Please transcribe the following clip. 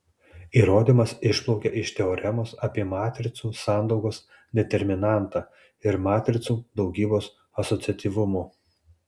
įrodymas išplaukia iš teoremos apie matricų sandaugos determinantą ir matricų daugybos asociatyvumo